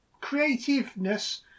creativeness